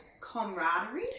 camaraderie